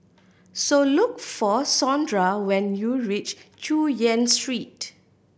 so look for Sondra when you reach Chu Yen Street